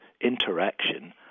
interaction